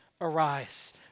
arise